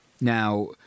Now